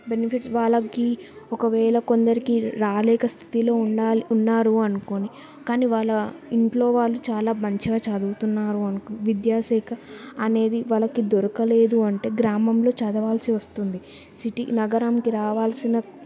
benefits వాళ్ళకి ఒకవేళ కొందరికి రాలేక స్థితిలో ఉన్న ఉన్నారు అనుకోని కానీ వాళ్ళ ఇంట్లో వాళ్ళు చాలా మంచిగా చదువుతున్నారు అనుకో విద్యాశాఖ అనేది వాళ్ళకి దొరకలేదు అంటే గ్రామంలో చదవాల్సి వస్తుంది సిటీ నగరంకి రావాల్సిన